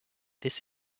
this